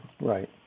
right